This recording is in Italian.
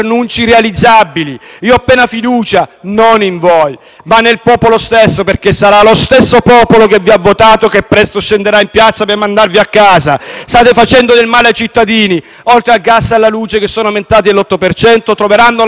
non in voi, ma nel popolo stesso perché sarà lo stesso popolo che vi ha votato che presto scenderà in piazza per mandarvi a casa. State facendo del male ai cittadini: oltre al gas e alla luce che sono aumentati dell'8 per cento, troveranno l'aumento dell'IVA sotto l'albero di natale, che arriverà